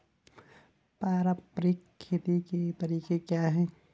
पारंपरिक खेती के तरीके क्या हैं?